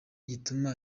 gituma